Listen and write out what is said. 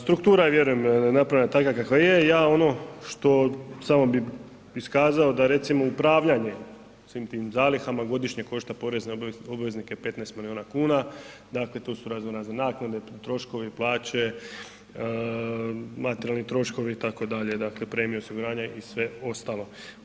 Struktura je vjerujem napravljena takva kakva je, ja ono što samo bi iskazao, da recimo upravljanje svim tim zalihama godišnje košta porezne obveznike 15 milijuna kuna, dakle tu su raznorazne naknade, troškovi, plaće, materijalni troškovi itd., dakle premije osiguranja i sve ostalo.